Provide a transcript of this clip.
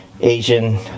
Asian